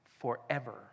forever